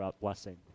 Blessing